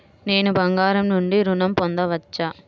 నేను బంగారం నుండి ఋణం పొందవచ్చా?